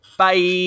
Bye